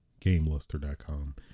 gameluster.com